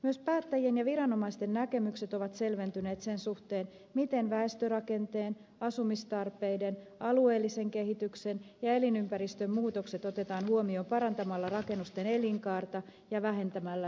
myös päättäjien ja viranomaisten näkemykset ovat selventyneet sen suhteen miten väestörakenteen asumistarpeiden alueellisen kehityksen ja elinympäristön muutokset otetaan huomioon parantamalla rakennusten elinkaarta ja vähentämällä ympäristörasitetta